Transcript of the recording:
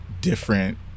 different